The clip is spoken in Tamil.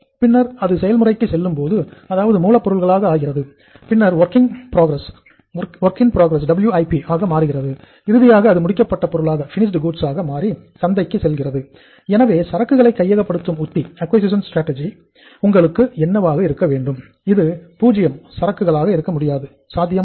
பின்னர் அது செயல்முறைக்கு செல்லும் அதாவது மூலப் பொருளாக ஆகிறது பின்னர் வொர்கிங் புரோகிரஸ் சரக்குகள் ஆக இருக்க முடியாது சாத்தியமில்லை